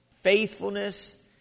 faithfulness